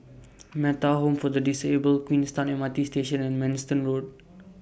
Metta Home For The Disabled Queenstown M R T Station and Manston Road